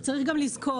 יש גם לזכור,